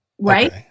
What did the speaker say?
right